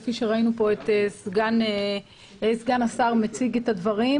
כפי שהציג סגן שר הבריאות,